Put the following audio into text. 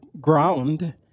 ground